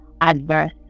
adverse